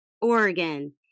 Oregon